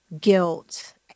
guilt